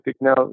Now